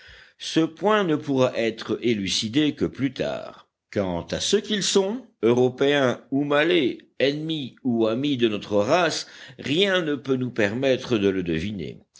ce point ne pourra être élucidé que plus tard quant à ce qu'ils sont européens ou malais ennemis ou amis de notre race rien ne peut nous permettre de le deviner